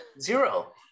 Zero